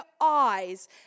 eyes